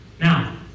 Now